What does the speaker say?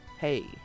hey